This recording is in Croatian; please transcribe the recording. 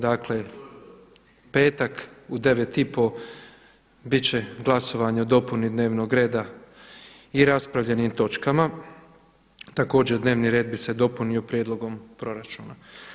Dakle, petak u deve i pol bit će glasovanje o dopuni dnevnog reda i raspravljenim točkama, također dnevni red bi se dopunio prijedlogom proračuna.